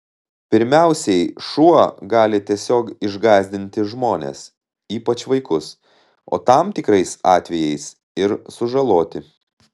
pirmiausiai šuo gali tiesiog išgąsdinti žmones ypač vaikus o tam tikrais atvejais ir sužaloti